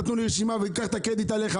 נתנו לי רשימה וקח את הקרדיט עליך.